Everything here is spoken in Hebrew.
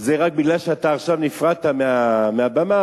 זה רק בגלל שעכשיו נפרדת מהבמה,